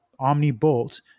Omnibolt